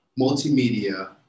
multimedia